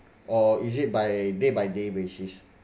or is it by day by day basis